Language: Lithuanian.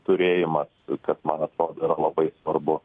turėjimas kas man atrodo yra labai svarbu